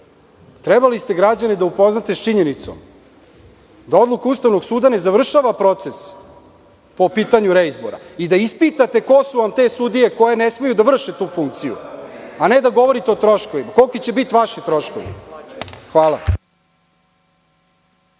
trebali ste građane da upoznate sa činjenicom da odluka Ustavnog suda ne završava proces po pitanju reizbora i da ispitate ko su vam te sudije koje ne smeju da vrše tu funkciju, a ne da govorite o troškovima. Koliki će biti vaši troškovi? Hvala.